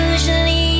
Usually